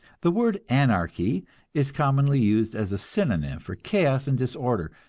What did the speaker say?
the word anarchy is commonly used as a synonym for chaos and disorder,